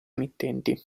emittenti